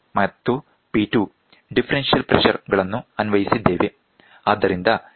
ಆದ್ದರಿಂದ ನಾವು ಇಲ್ಲಿ P1 ಮತ್ತು P2 ಡಿಫರೆನ್ಶಿಯಲ್ ಪ್ರೆಶರ್ ಗಳನ್ನು ಅನ್ವಯಿಸಿದ್ದೇವೆ